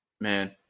Man